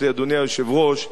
אדוני היושב-ראש,